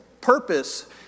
purpose